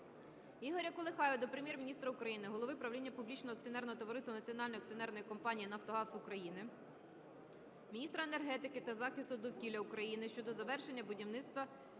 Ігоря Колихаєва до Прем'єр-міністра України, голови правління публічного акціонерного товариства Національної акціонерної компанії "Нафтогаз України", міністра енергетики та захисту довкілля України щодо завершення будівництва